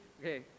okay